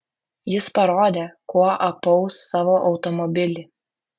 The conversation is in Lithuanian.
jis parodė kuo apaus savo automobilį